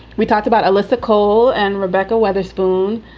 we talked about elliptical and rebecca wetherspoon.